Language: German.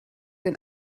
den